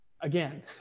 Again